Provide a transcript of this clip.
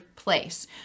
place